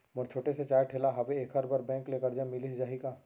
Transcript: मोर छोटे से चाय ठेला हावे एखर बर बैंक ले करजा मिलिस जाही का?